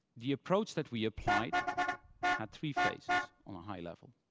the approach that we applied had three phases on a high level.